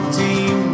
team